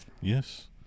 Yes